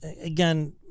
again